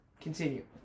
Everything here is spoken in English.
Continue